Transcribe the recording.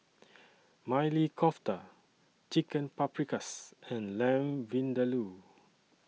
Maili Kofta Chicken Paprikas and Lamb Vindaloo